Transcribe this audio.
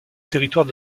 territoire